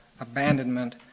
abandonment